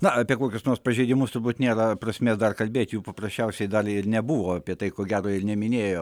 na apie kokius nors pažeidimus turbūt nėra prasmės dar kalbėti jų paprasčiausiai dar ir nebuvo apie tai ko gero ir neminėjo